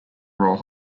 roll